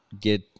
get